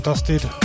Dusted